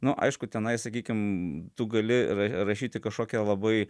nu aišku tenai sakykim tu gali ra rašyti kažkokia labai